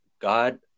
God